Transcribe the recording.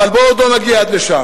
אבל בואו עוד לא נגיע עד לשם.